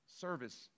Service